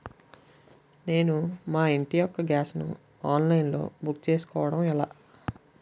నేను మా ఇంటి యెక్క గ్యాస్ ను ఆన్లైన్ లో బుక్ చేసుకోవడం ఎలా?